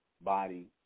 body